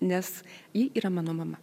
nes ji yra mano mama